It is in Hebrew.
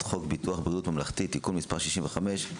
חוק ביטוח בריאות ממלכתי (תיקון מס' 65)